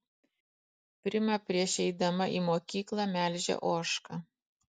prima prieš eidama į mokyklą melžia ožką